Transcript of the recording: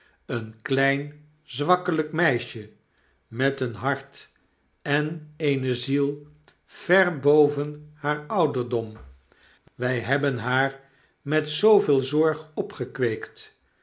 een klein zwakkelyk meisje met een hart en eene ziel ver boven haar ouderdom wy hebben haar met zooveel zorg opgekweekt